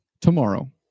tomorrow